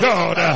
God